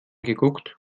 geguckt